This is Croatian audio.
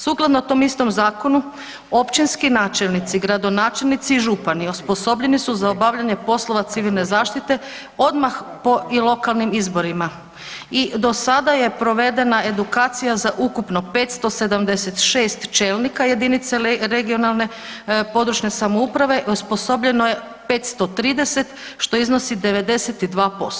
Sukladno tom istom zakonu općinski načelnici, gradonačelnici i župani osposobljeni su za obavljanje poslova civilne zaštite odmah po i lokalnim izborima i do sada je provedena edukacija za ukupno 576 čelnika jedinice regionalne područne samouprave, osposobljeno je 530 što iznosi 92%